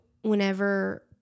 whenever